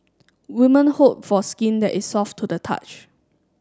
women hope for skin that is soft to the touch